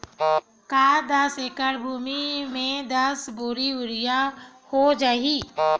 का दस एकड़ भुमि में दस बोरी यूरिया हो जाही?